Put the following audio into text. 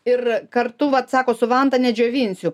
ir kartu vat sako su vanta nedžiovinsiu